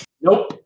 Nope